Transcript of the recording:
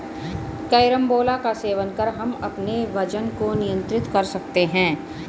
carambola का सेवन कर हम अपने वजन को नियंत्रित कर सकते हैं